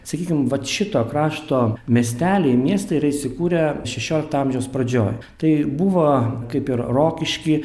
sakykim vat šito krašto miesteliai miestai yra įsikūrę šešiolikto amžiaus pradžioj tai buvo kaip ir rokišky